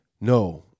No